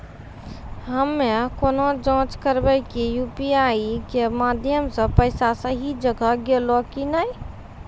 हम्मय केना जाँच करबै की यु.पी.आई के माध्यम से पैसा सही जगह गेलै की नैय?